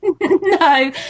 No